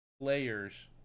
players